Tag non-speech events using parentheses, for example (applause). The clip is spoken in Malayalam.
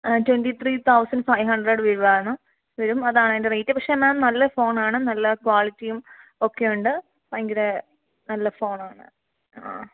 twenty three thousand five hundred (unintelligible) വരും അതാണതിന്റെ റേറ്റ് പക്ഷേ മാം നല്ല ഫോൺ ആണ് നല്ല ക്വാളിറ്റിയും ഒക്കെ ഉണ്ട് ഭയങ്കര നല്ല ഫോൺ ആണ് ആ